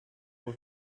with